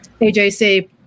AJC